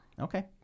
Okay